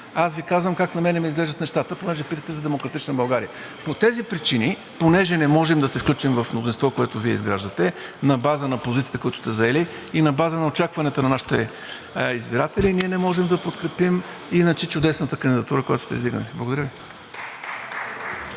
Аз Ви казвам как на мен ми изглеждат нещата, понеже питате за „Демократична България“. По тези причини, понеже не можем да се включим в мнозинство, което Вие изграждате, на база на позициите, които сте заели, и на база на очакванията на нашите избиратели ние не можем да подкрепим иначе чудесната кандидатура, която сте издигнали. Благодаря Ви.